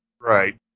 right